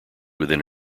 within